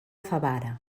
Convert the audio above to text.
favara